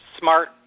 smart